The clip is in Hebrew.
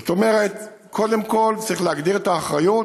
זאת אומרת, קודם כול צריך להגדיר את האחריות,